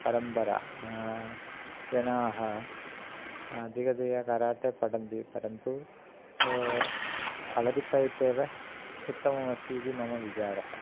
परम्परा जनाः अधिगतया कराटे पठन्ति परन्तु कळरिपैट् एव उत्तममस्ति इति मम विचारः